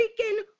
freaking